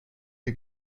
die